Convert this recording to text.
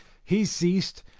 he ceased,